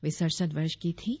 वे सड़सठ वर्ष की थीं